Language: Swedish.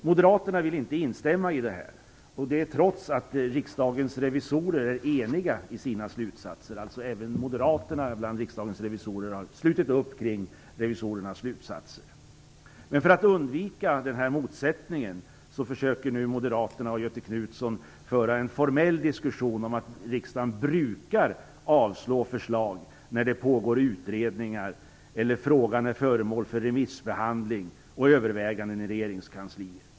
Moderaterna vill inte instämma i det här, och det trots att Riksdagens revisorer är eniga i sina slutsatser. Även moderaterna bland Riksdagens revisorer har alltså slutit upp kring revisorernas slutsatser. För att undvika den här motsättningen försöker nu Moderaterna och Göthe Knutson föra en formell diskussion om att riksdagen "brukar" avslå förslag när det pågår utredningar eller frågan är föremål för remissbehandling och överväganden i regeringskansliet.